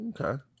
okay